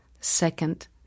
second